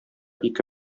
ике